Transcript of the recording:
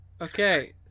Okay